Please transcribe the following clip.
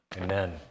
Amen